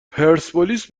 پرسپولیس